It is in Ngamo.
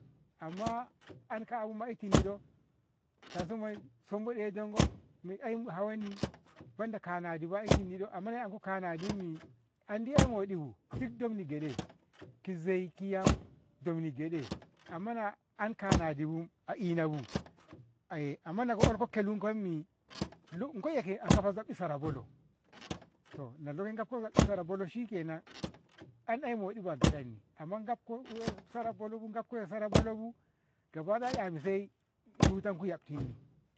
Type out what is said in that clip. amma anka'abuma a itinnido? kauso moyi sumbodiye dongo ai hawonni banda kanadibu a itinnido? amma na iko kanadinni andi 'ya moɗibu kitdomi geɗe kizai kiyam domni gede amma na ankanadibu a inabu amma nako ulko kelum kommi lo gwaiya a gafashi sara bolo to ngfinko kisara bolo an shikenan an ai moɗibu a gedenni amma gafko wuyo sara bolobu kam ko ehsara bolobu gabadaya anzai rutonku yabtinni.